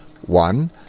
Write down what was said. One—